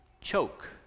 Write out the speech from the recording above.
choke